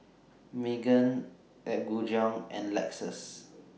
Megan Apgujeong and Lexus